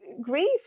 grief